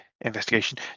investigation